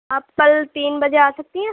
آپ کل تین بجے آ سکتی ہیں